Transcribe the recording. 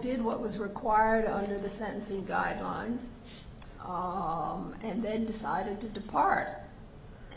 did what was required under the sentencing guidelines and then decided to depart